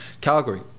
Calgary